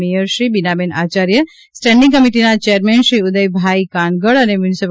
મેયરશ્રી Binaben Acharya standing કમિટીના chairman Shri Udaybhai Kangad અને મ્યુનિ